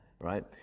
right